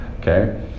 Okay